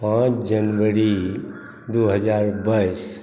पाँच जनवरी दू हजार बाइस